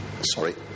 sorry